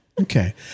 Okay